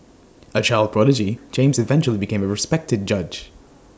A child prodigy James eventually became A respected judge